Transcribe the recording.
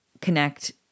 connect